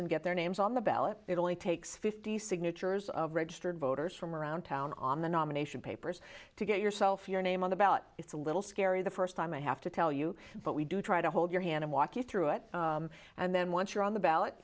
and get their names on the ballot it only takes fifty signatures registered voters from around town on the nomination papers to get yourself your name on the ballot it's a little scary the first time i have to tell you but we do try to hold your hand and walk you through it and then once you're on the ballot